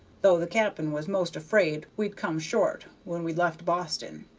though the cap'n was most afraid we'd come short when we left boston.